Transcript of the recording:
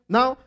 Now